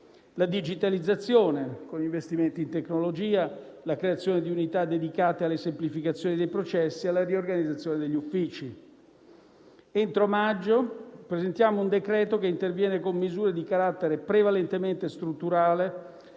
la digitalizzazione, con investimenti in tecnologia, la creazione di unità dedicate alla semplificazione dei processi e la riorganizzazione degli uffici. Inoltre, entro maggio, presenteremo un decreto che interviene con misure di carattere prevalentemente strutturale